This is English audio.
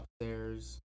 Upstairs